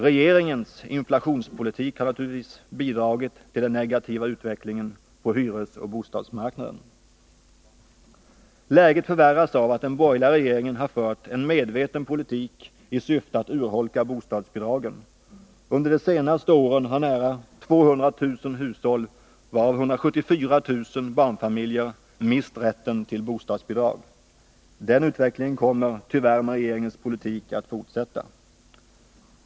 Regeringens inflationspolitik har naturligtvis bidragit till den negativa Läget förvärras av att den borgerliga regeringen har fört en medveten Torsdagen den politik i syfte att urholka bostadsbidragen. Under de senaste åren har nära 20 november 1980 200 000 hushåll, varav 174 000 barnfamiljer, mist rätten till bostadsbidrag. Med regeringens politik kommer den utvecklingen tyvärr att fortsätta.